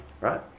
Right